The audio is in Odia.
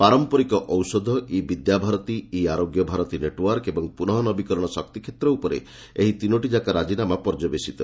ପାରମ୍ପରିକ ଔଷଧ ଇ ବିଦ୍ୟାଭାରତୀ ଇ ଆରୋଗ୍ୟ ଭାରତୀ ନେଟ୍ୱାର୍କ ଏବଂ ପୁନଃ ନବୀକରଣ ଶକ୍ତି କ୍ଷେତ୍ର ଉପରେ ଏହି ତିନୋଟିଯାକ ରାଜିନାମା ପର୍ଯ୍ୟବେସିତ